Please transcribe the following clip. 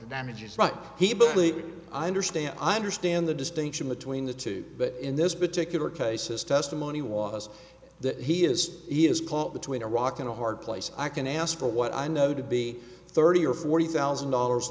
the damage is right he believes i understand i understand the distinction between the two but in this particular case is testimony was that he is he is caught between a rock and a hard place i can ask for what i know to be thirty or forty thousand dollars